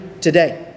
today